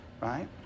right